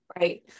Right